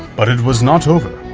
but it was not over,